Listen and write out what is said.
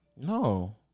No